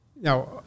Now